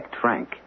Frank